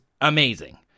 amazing